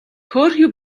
хөөрхий